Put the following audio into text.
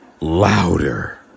louder